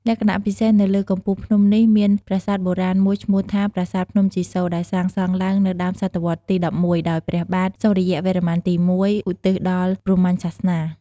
លក្ខណៈពិសេស នៅលើកំពូលភ្នំនេះមានប្រាសាទបុរាណមួយឈ្មោះថា ប្រាសាទភ្នំជីសូ ដែលសាងសង់ឡើងនៅដើមសតវត្សទី ១១ ដោយព្រះបាទសុរិយវរ្ម័នទី១ ឧទ្ទិសដល់ព្រហ្មញ្ញសាសនា។